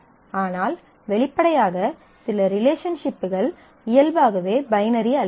ஆனால் வெளிப்படையாக சில ரிலேஷன்ஷிப்கள் இயல்பாகவே பைனரி அல்லாதவை